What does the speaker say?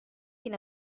can